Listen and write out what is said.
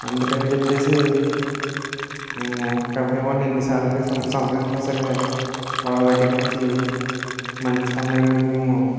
అందుకని చెప్పేసి మేము కంపెనీ వాళ్ళని ఎన్నిసార్లకి సం సంప్రదించినా సరే వాళ్ళ దగ్గర నుంచి మంచి స్పందన అనేది మేము